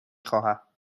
خواهم